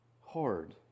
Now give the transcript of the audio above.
hard